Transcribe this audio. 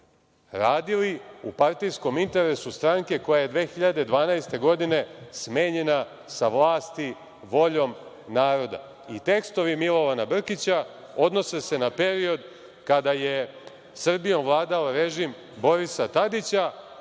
radili u partijskom interesu stranke koja je 2012. godine smenjena sa vlasti voljom naroda.I, tekstovi Milovana Brkića odnose se na period kada je Srbijom vladao režim Borisa Tadića,